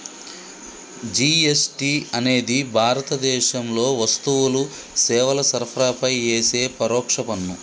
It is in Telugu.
జీ.ఎస్.టి అనేది భారతదేశంలో వస్తువులు, సేవల సరఫరాపై యేసే పరోక్ష పన్ను